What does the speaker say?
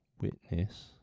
witness